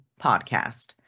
podcast